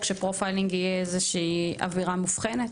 שפרופיילינג יהיה איזושהי עבירה מובחנת?